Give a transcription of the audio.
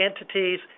entities